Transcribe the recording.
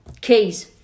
Keys